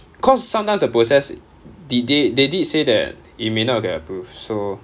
cause sometimes the process di~ they they did say that it may not get approved so